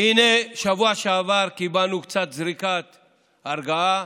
והינה, בשבוע שעבר קיבלנו קצת זריקת הרגעה,